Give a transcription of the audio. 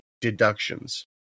deductions